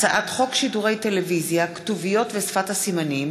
הצעת חוק הממשלה (תיקון,